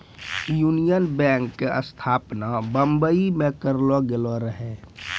union Bank के स्थापना बंबई मे करलो गेलो रहै